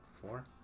Four